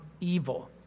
evil